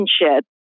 relationship